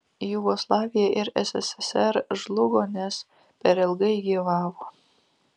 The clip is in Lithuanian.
jugoslavija ir sssr žlugo nes per ilgai gyvavo